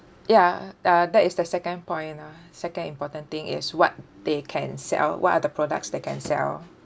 ya uh that is the second point ah second important thing is what they can sell what are the products they can sell